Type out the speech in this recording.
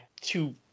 two